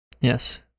Yes